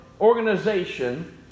organization